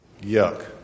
yuck